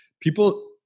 People